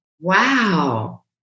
Wow